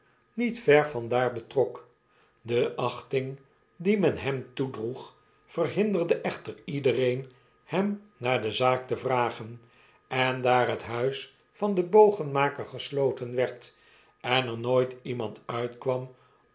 niet ver van daar betrok de achting die men hem toedroeg verhinderde echter iedereen hem naar de zaak te vragen en daariet huis van den bogenmaker gesloten werd en er nooit iemand uitkwam